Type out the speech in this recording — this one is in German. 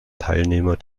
teilnehmer